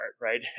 right